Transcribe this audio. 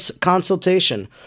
consultation